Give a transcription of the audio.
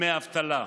לדמי אבטלה.